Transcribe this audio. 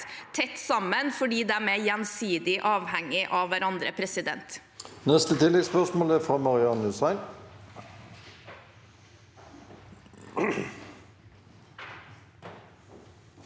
tett sammen fordi det er gjensidig avhengig av hverandre. Marian